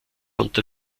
unter